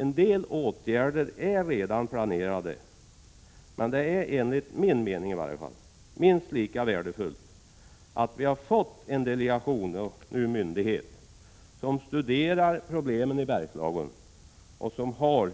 En del åtgärder är redan planerade, men det är enligt min mening minst lika viktigt att vi har fått en myndighet/delegation som studerar problemen i Bergslagen och som har